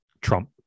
Trump